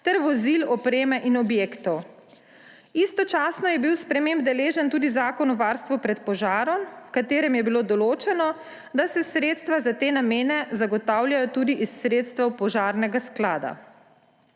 ter vozil, opreme in objektov. Istočasno je bil sprememb deležen tudi Zakon o varstvu pred požarom, v katerem je bilo določeno, da se sredstva za te namene zagotavljajo tudi iz sredstev požarnega sklada.